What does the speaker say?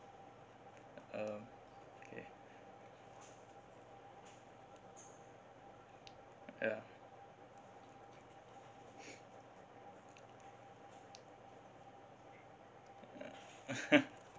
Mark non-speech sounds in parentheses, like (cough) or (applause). uh okay ya (breath) (laughs)